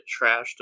trashed